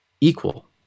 Equal